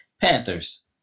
Panthers